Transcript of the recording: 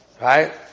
Right